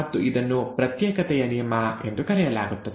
ಮತ್ತು ಇದನ್ನು ಪ್ರತ್ಯೇಕತೆಯ ನಿಯಮ ಎಂದು ಕರೆಯಲಾಗುತ್ತದೆ